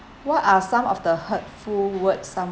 what are some of the hurtful words some~